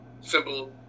simple